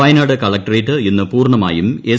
Wayanad collectorate ഇന്ന് പൂർണമായും S